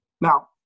Now